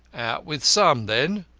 with some, then.